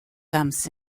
comes